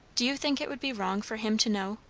do you think it would be wrong for him to know?